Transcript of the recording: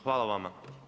Hvala vama.